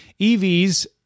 EVs